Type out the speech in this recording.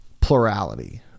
plurality